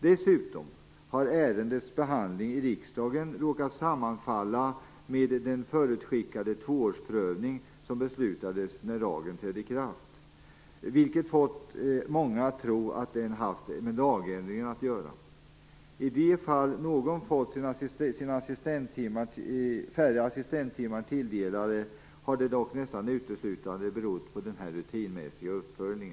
Dessutom har ärendets behandling i riksdagen råkat sammanfalla med den förutskickade tvåårsprövning som beslutades när lagen trädde i kraft, något som fått många att tro att denna haft med lagändringen att göra. I de fall där någon fått sig färre assistenttimmar tilldelade, har det dock nästan uteslutande berott på denna rutinmässiga uppföljning.